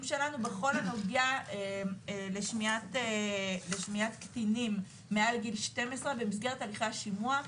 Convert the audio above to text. שלנו בכל הנוגע לשמיעת קטינים מעל גיל 12 במסגרת הליכי השימוע.